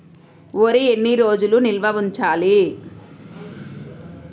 వరి ఎన్ని రోజులు నిల్వ ఉంచాలి?